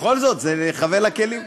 בכל זאת, זה להיחבא אל הכלים.